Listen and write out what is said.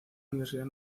universidad